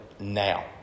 now